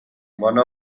one